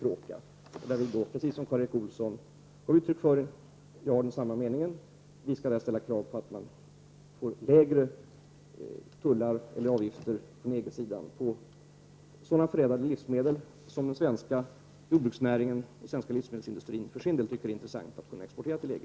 Vi skall i dessa förhandlingar — precis som Karl Erik Olsson gav uttryck för, och jag är av samma mening — ställa krav på lägre tullar och avgifter i EG-länderna för sådana förädlade livsmedel som den svenska jordbruksnäringen och den svenska livsmedelsindustrin för sin del tycker är intressant att kunna exportera till EG.